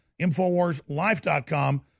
Infowarslife.com